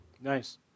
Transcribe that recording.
Nice